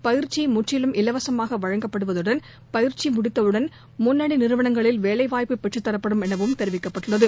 பயிற்சி முற்றிலும் இலவசமாக வழங்கப்படுவதுடன் பயிற்சி முடித்தவுடன் முன்னணி நிறுவனங்களில் வேலைவாய்ப்பு பெற்றுத்தரப்படும் எனவும் தெரிவிக்கப்பட்டுள்ளது